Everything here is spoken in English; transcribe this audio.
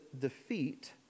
defeat